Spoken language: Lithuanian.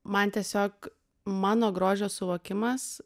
man tiesiog mano grožio suvokimas